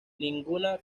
ninguna